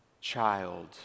child